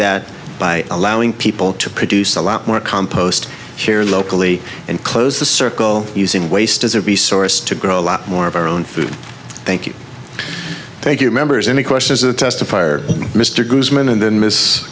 that by allowing people to produce a lot more compost here locally and close the circle using waste as a resource to grow a lot more of our own food thank you thank you members any questions the testifier mr guzman and then m